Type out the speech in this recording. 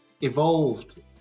evolved